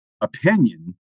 opinion